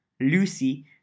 Lucy